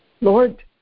Lord